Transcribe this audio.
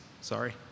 Sorry